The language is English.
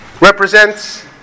represents